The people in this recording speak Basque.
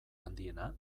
handiena